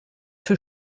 für